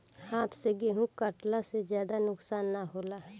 हाथ से गेंहू कटला से ज्यादा नुकसान ना होला